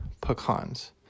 pecans